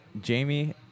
Jamie